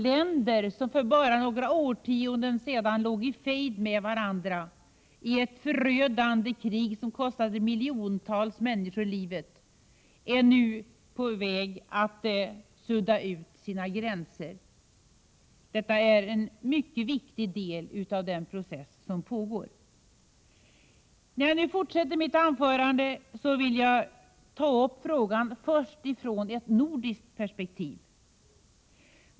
Länder som för bara några årtionden sedan låg i fejd med varandra i ett förödande krig som kostade miljontals människor livet är nu på väg att sudda ut sina gränser. Detta är en mycket viktig del av den process som pågår. När jag nu fortsätter mitt anförande vill jag börja med att ta upp frågan från ett nordiskt perspektiv.